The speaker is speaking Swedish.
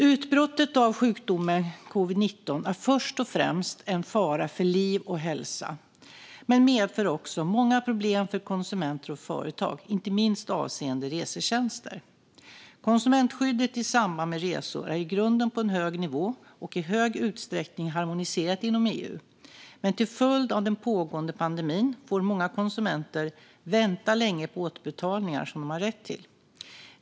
Utbrottet av sjukdomen covid-19 är först och främst en fara för liv och hälsa men medför också många problem för konsumenter och företag, inte minst avseende resetjänster. Konsumentskyddet i samband med resor är i grunden på en hög nivå och i stor utsträckning harmoniserat inom EU. Men till följd av den pågående pandemin får många konsumenter vänta länge på återbetalningar som de har rätt till.